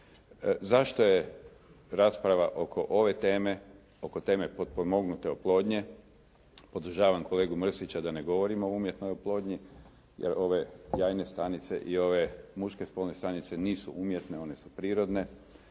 Zašto je rasprava oko ove teme, oko teme potpomognute oplodnje, podržavam kolegu Mrsića da ne govorimo o umjetnoj oplodnji, jer ove jajne stanice i ove muške spolne stanice nisu umjetne, one su prirodne.